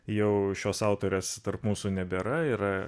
jau šios autorės tarp mūsų nebėra yra